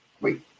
Wait